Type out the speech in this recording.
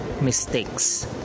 mistakes